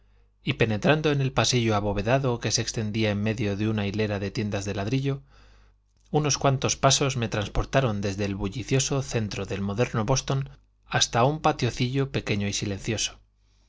y penetrando en el pasillo abovedado que se extendía en medio de una hilera de tiendas de ladrillo unos cuantos pasos me transportaron desde el bullicioso centro del moderno boston hasta un patiocillo pequeño y silencioso